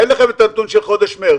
אין לכם את הנתון של חודש מרס?